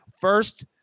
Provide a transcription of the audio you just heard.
first